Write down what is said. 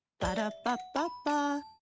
Ba-da-ba-ba-ba